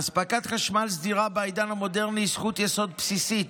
אספקת חשמל סדירה בעידן המודרני היא זכות יסוד בסיסית,